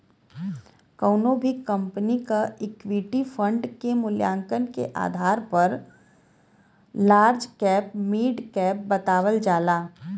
कउनो भी कंपनी क इक्विटी फण्ड क मूल्यांकन के आधार पर लार्ज कैप मिड कैप बतावल जाला